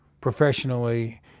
professionally